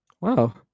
Wow